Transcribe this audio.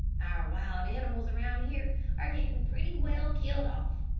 our wild animals around here are getting pretty well killed off,